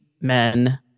men